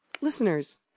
listeners